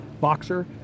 Boxer